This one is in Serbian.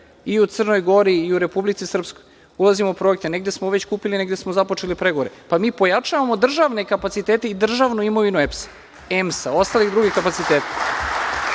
i u Crnoj Gori i u Republici Srpskoj. Ulazimo u projekte. Negde smo već kupili. Negde smo započeli pregovore. Mi pojačavamo državne kapacitete i državnu imovinu EPS, EMS, ostalih drugih kapaciteta. Naprosto,